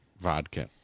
Vodka